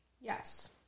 Yes